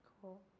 Cool